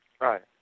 Right